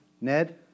Ned